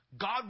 God